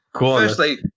Firstly